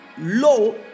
low